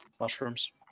Mushrooms